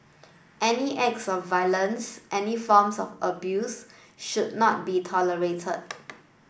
any acts of violence any forms of abuse should not be tolerated